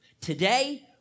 Today